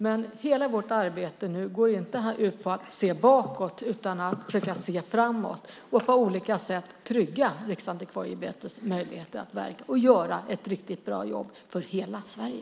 Men hela vårt arbete går inte ut på att se bakåt, utan att försöka se framåt och på olika sätt trygga Riksantikvarieämbetets möjligheter att verka och göra ett riktigt bra jobb för hela Sverige.